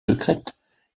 secrètes